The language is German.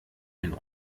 den